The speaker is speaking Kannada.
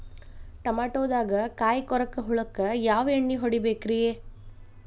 ಟಮಾಟೊದಾಗ ಕಾಯಿಕೊರಕ ಹುಳಕ್ಕ ಯಾವ ಎಣ್ಣಿ ಹೊಡಿಬೇಕ್ರೇ?